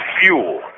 fuel